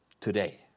Today